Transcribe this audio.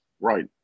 Right